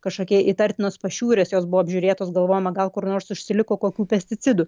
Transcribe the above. kažkokie įtartinos pašiūrės jos buvo apžiūrėtos galvojama gal kur nors užsiliko kokių pesticidų